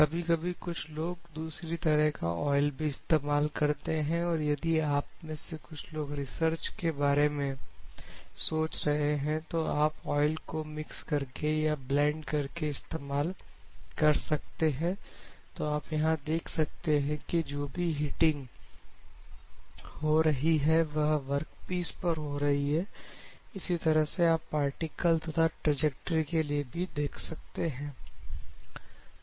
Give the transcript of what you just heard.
कभी कभी कुछ लोग किसी दूसरी तरह का ऑयल भी इस्तेमाल करते हैं तो यदि आप में से कुछ लोग रिसर्च के बारे में सोच रहे हैं तो आप ऑयल को मिक्स करके या ब्लेंड करके इस्तेमाल कर सकते हैं तो आप यहां देख सकते हैं कि जो भी हीटिंग हो रही है वह वर्कपीस पर हो रही है इसी तरह से आप पार्टिकल तथा ट्रेजक्ट्री के लिए भी देख सकते हैं